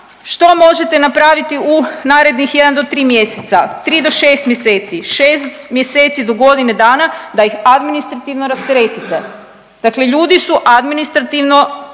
što možete napraviti u narednih jedan do tri mjeseca, tri do šest mjeseci, šest mjeseci do godine dana da ih administrativno rasteretite, dakle ljudi su administrativno